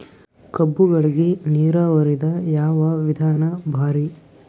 ಕಬ್ಬುಗಳಿಗಿ ನೀರಾವರಿದ ಯಾವ ವಿಧಾನ ಭಾರಿ?